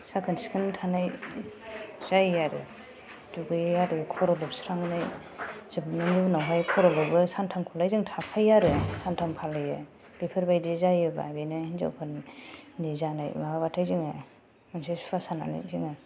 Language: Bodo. साखोन सिखोन थानाय जायो आरो दुगैयो आरो खर' लोबस्राङै जोबनायनि उनावहाय खर' लोबो सानथामखौलाय जों थाखायो आरो सानथाम फालियो बेफोरबायदि जायोब्ला बेनो हिनजावफोरनि जानाय माबाब्लाथाय जोङो मोनसे सुवा साननानै जोङो